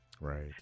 Right